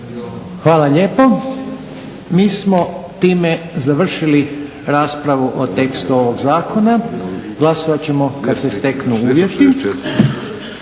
Hvala lijepo. Mi smo time završili raspravu o tekstu ovog zakona. Glasovat ćemo kad se steknu uvjeti.